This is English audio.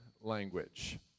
language